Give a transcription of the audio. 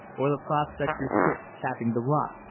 or the prospector's pick tapping the rock.